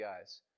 guys